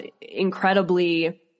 incredibly